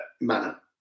manner